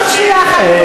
עוד שנייה אחת,